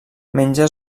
menja